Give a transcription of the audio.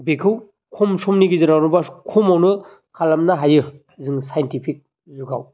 बेखौ खम समनि गेजेराव बा खमावनो खालामनो हायो जों साइनटिफिक जुगाव